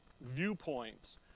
viewpoints